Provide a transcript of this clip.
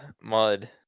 mud